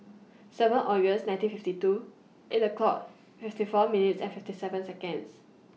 seven August nineteen fifty two eight o'clock fifty four minutes and fifty seven Seconds